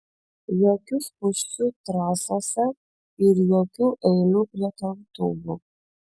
jokių spūsčių trasose ir jokių eilių prie keltuvų